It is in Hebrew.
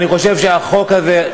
אני חושב שהחוק הזה,